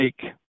take